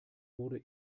wurde